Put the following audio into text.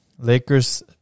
Lakers